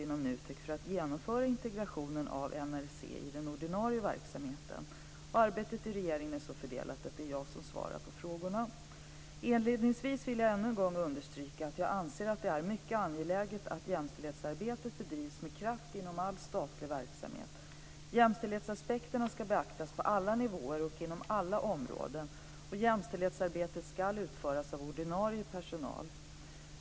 NRC i den ordinarie verksamheten? Arbetet inom regeringen är så fördelat att det är jag som svarar på dessa frågor. Inledningsvis vill jag ännu en gång understryka att jag anser att det är mycket angeläget att jämställdhetsarbetet bedrivs med kraft inom all statlig verksamhet. Jämställdhetsaspekterna ska beaktas på alla nivåer och inom alla områden, och jämställdhetsarbetet ska utföras av ordinarie personal.